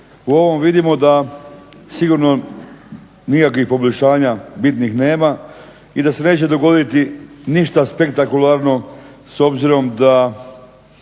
U ovom vidimo da sigurno nikakvih poboljšanja bitnih nema i da se neće dogoditi ništa spektakularno s obzirom da